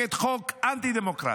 מחוקקת חוק אנטי-דמוקרטי,